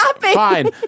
fine